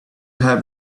have